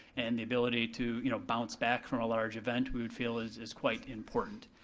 and the ability to, you know, bounce back from a large event we would feel is is quite important.